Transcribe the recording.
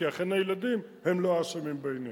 כי אכן הילדים הם לא האשמים בעניין.